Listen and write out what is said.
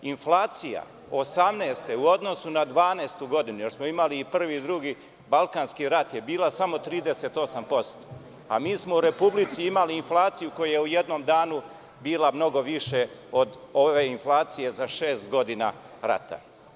Inflacija 1918. godine u odnosu na 12. godinu, još smo imali Prvi i Drugi balkanski rat, je bila samo 38%, a mi smo u Republici imali inflaciju koja je u jednom danu bila mnogo viša od ove inflacije za šest godina rata.